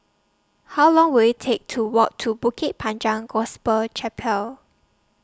How Long Will IT Take to Walk to Bukit Panjang Gospel Chapel